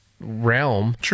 realm